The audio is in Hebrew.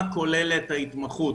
מה כוללת ההתמחות?